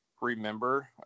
remember